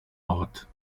ort